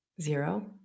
Zero